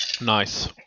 Nice